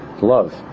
love